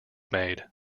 made